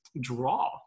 draw